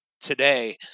today